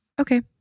okay